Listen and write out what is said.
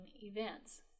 events